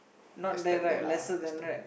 let stand there lah let stand there